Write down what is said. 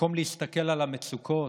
במקום להסתכל על המצוקות,